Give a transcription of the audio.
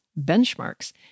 benchmarks